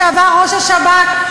לשעבר ראש השב"כ,